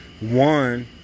one